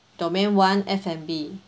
domain one F&B